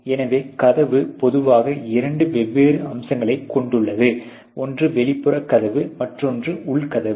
எனவே கதவு பொதுவாக இரண்டு வெவ்வேறு அம்சங்களைக் கொண்டுள்ளது ஒன்று வெளிப்புற கதவு மற்றும் உள் கதவு